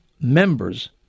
members